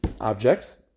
objects